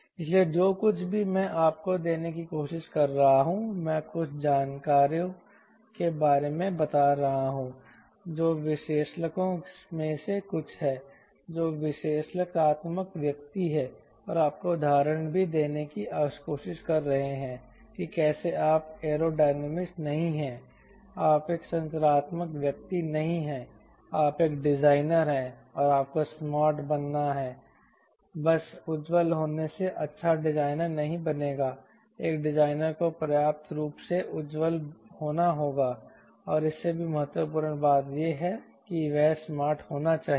इसलिए जो कुछ भी मैं आपको देने की कोशिश कर रहा हूं मैं कुछ जानकारों के बारे में बता रहा हूं जो विश्लेषकों में से कुछ हैं जो विश्लेषणात्मक व्यक्ति हैं और आपको उदाहरण भी देने की कोशिश कर रहे हैं कि कैसे आप एयरो डायनामिस्ट नहीं हैं आप एक संरचनात्मक व्यक्ति नहीं हैं आप एक डिजाइनर हैं और आपको स्मार्ट बनना है बस उज्ज्वल होने से अच्छा डिज़ाइनर नहीं बनेगा एक डिजाइनर को पर्याप्त रूप से उज्ज्वल होना होगा और इससे भी महत्वपूर्ण बात यह है कि वह स्मार्ट होना चाहिए